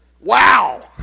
Wow